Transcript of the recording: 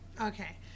Okay